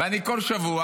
ואני בכל שבוע,